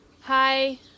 Hi